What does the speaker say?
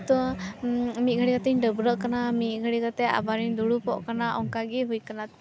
ᱛᱚ ᱢᱤᱫᱜᱷᱟᱹᱲᱤᱡ ᱠᱟᱛᱮᱫ ᱤᱧ ᱰᱟᱹᱵᱽᱨᱟᱹᱜ ᱠᱟᱱᱟ ᱢᱤᱫ ᱜᱷᱟᱹᱲᱤᱡ ᱠᱟᱛᱮᱫ ᱟᱵᱟᱨᱤᱧ ᱫᱩᱲᱩᱵᱚᱜ ᱠᱟᱱᱟ ᱚᱱᱠᱟ ᱜᱮ ᱦᱩᱭ ᱠᱟᱱᱟ